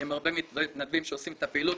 עם הרבה מתנדבים שעושים את הפעילות.